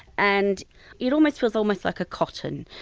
and it almost feels almost like a cotton.